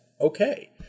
Okay